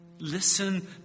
Listen